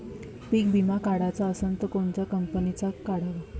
पीक विमा काढाचा असन त कोनत्या कंपनीचा काढाव?